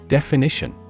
Definition